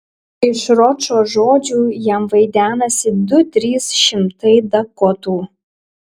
iš ročo žodžių jam vaidenasi du trys šimtai dakotų